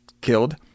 killed